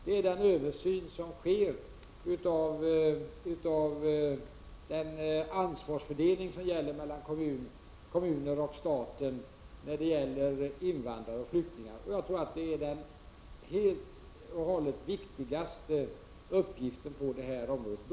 Det sker en översyn av ansvarsfördelningen mellan kommunerna och staten när det gäller invandrare och flyktingar. Jag tror att det är den absolut viktigaste uppgiften på detta område.